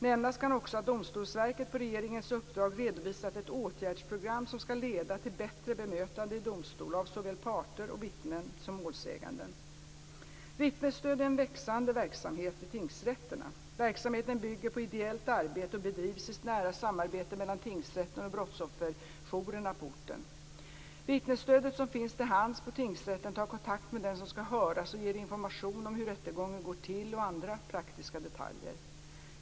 Nämnas kan också att Domstolsverket på regeringens uppdrag redovisat ett åtgärdsprogram som skall leda till bättre bemötande i domstol av såväl parter och vittnen som målsäganden. Vittnesstöd är en växande verksamhet vid tingsrätterna. Verksamheten bygger på ideellt arbete och bedrivs i nära samarbete mellan tingsrätten och brottsofferjourerna på orten. Vittnesstödet som finns till hands vid tingsrätten tar kontakt med den som skall höras och ger information om hur rättegången går till och andra praktiska detaljer.